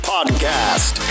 Podcast